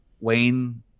Wayne